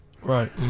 Right